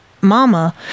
mama